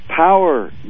power